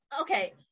Okay